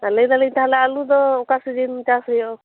ᱞᱟᱹᱭᱮᱫᱟᱞᱤᱧ ᱛᱟᱦᱚᱞᱮ ᱟᱹᱞᱩ ᱫᱚ ᱚᱠᱟ ᱥᱤᱡᱤᱱ ᱪᱟᱥ ᱦᱩᱭᱩᱜᱼᱟ